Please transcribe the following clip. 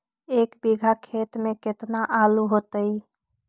एक बिघा खेत में केतना आलू होतई?